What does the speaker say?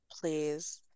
please